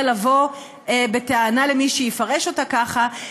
יהיה אפשר לבוא בטענה למי שיפרש אותה ככה,